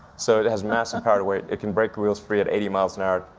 so it has massive power to weight. it can break wheels free at eighty miles an hour.